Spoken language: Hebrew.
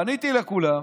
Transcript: פניתי לכולם,